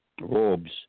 robes